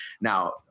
Now